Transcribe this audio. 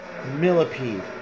Millipede